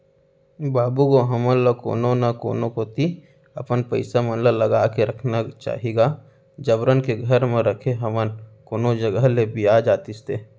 बाबू गो हमन ल कोनो न कोनो कोती अपन पइसा मन ल लगा के रखना चाही गा जबरन के घर म रखे हवय कोनो जघा ले बियाज आतिस ते